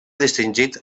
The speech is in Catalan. distingit